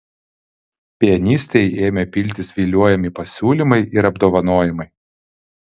pianistei ėmė piltis viliojami pasiūlymai ir apdovanojimai